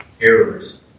errors